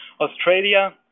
Australia